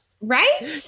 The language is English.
Right